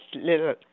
little